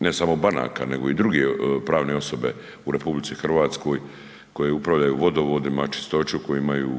ne samo banaka, nego i druge pravne osobe u RH koje upravljaju vodovodima, čistoću koje imaju,